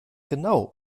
genau